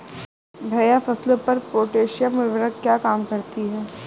भैया फसलों पर पोटैशियम उर्वरक क्या काम करती है?